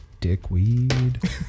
Dickweed